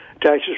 taxes